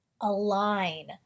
align